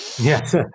Yes